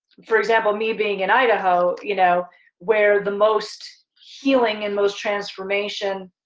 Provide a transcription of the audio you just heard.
for example me being in idaho, you know where the most healing and most transformation